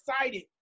excited